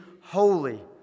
holy